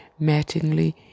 Mattingly